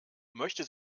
möchte